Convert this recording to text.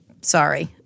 sorry